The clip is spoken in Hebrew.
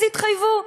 אז התחייבו.